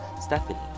stephanie